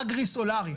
אגרי-סולארי.